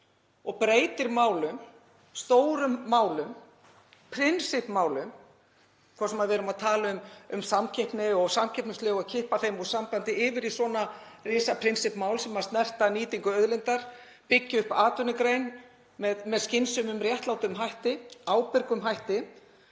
og breytir málum, stórum málum, prinsippmálum, hvort sem við erum að tala um samkeppni og samkeppnislög og kippa þeim úr sambandi, yfir í svona risa prinsippmál sem snerta nýtingu auðlindar og að byggja upp atvinnugrein með skynsamlegum, réttlátum og ábyrgum hætti,